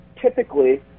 typically